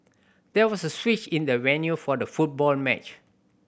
there was a switch in the venue for the football match